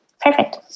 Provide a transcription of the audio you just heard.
Perfect